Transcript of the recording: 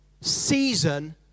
season